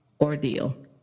ordeal